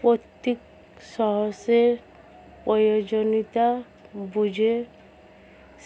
প্রত্যেক শস্যের প্রয়োজনীয়তা বুঝে